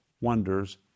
wonders